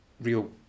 real